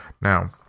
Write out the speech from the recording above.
Now